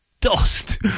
dust